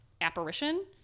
apparition